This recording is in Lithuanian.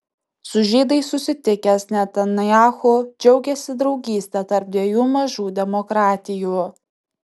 su žydais susitikęs netanyahu džiaugėsi draugyste tarp dviejų mažų demokratijų